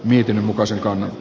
mietinnön mukaisen